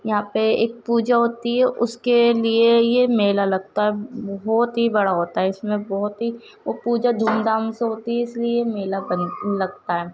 یہاں پہ ایک پوجا ہوتی ہے اس کے لیے یہ میلہ لگتا ہے بہت ہی بڑا ہوتا ہے اس میں بہت ہی پوجا دھوم دھام سے ہوتی ہے اس لیے میلہ لگتا ہے